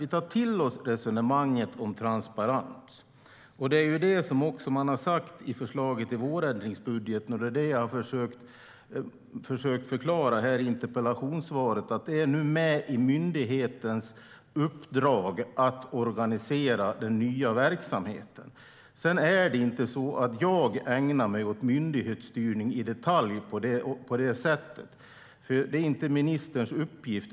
Vi tar till oss resonemanget om transparens. Det är också det som man har sagt i förslaget i vårändringsbudgeten, och det är det som jag har försökt förklara i interpellationssvaret. Det är nu med i myndighetens uppdrag att organisera den nya verksamheten. Jag ägnar mig inte åt myndighetsstyrning i detalj på det sättet. Det är inte ministerns uppgift.